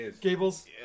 gables